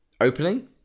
opening